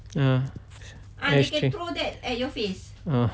(uh huh) ashtray ah